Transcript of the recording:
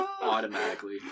automatically